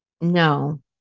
No